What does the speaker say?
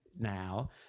now